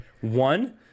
One